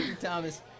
Thomas